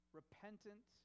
repentant